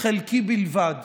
חלקי בלבד.